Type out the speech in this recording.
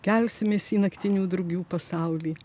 kelsimės į naktinių drugių pasaulį